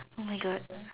oh my god